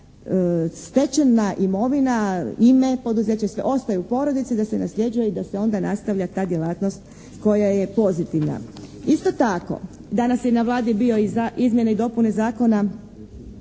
da stečena imovina, ime, poduzeće, sve, ostaje u porodici, da se nasljeđuje i da se onda nastavlja ta djelatnost koja je pozitivna. Isto tako, danas je na Vladi bio i izmjene i dopune Zakona